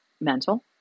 mental